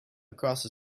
across